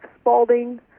Spalding